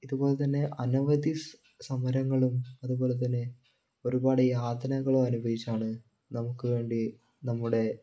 ഇതുപോലെ തന്നെ അനവധി സമരങ്ങളും അതുപോലെ തന്നെ ഒരുപാട് യാതനകളും അനുഭവിച്ചാണ് നമുക്ക് വേണ്ടി നമ്മുടെ